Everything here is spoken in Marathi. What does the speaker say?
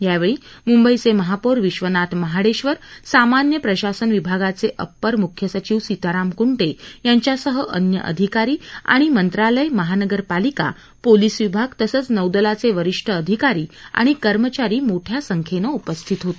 यावेळी मुंबईचे महापौर विश्वनाथ महाडेश्वर सामान्य प्रशासन विभागाचे अपर मुख्य सचिव सीताराम कुंध्यांच्यासह अन्य अधिकारी आणि मंत्रालय महानगरपालिका पोलीस विभाग तसंच नौदलाचे वरिष्ठ अधिकारी आणि कर्मचारी मोठ्या संख्येनं उपस्थित होते